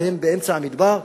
והם באמצע המדבר,